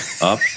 up